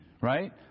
right